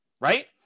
right